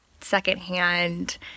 secondhand